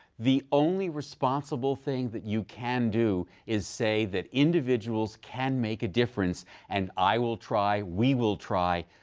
the only responsible thing that you can do is say that individuals can make a difference and i will try, we will try,